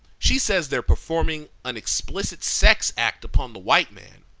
she says they're performing an explicit sex act upon the white man.